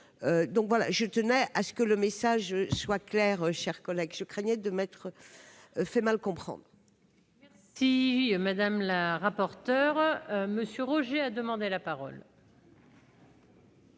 donc voilà, je tenais à ce que le message soit clair, chers collègues, je craignais de mètres fait mal comprendre. Merci madame la rapporteure monsieur Roger a demandé la parole.